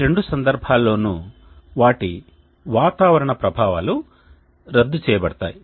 ఈ రెండు సందర్భాల్లోనూ వాటి వాతావరణ ప్రభావాలు రద్దు చేయబడతాయి